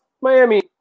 Miami